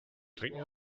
trinken